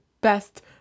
best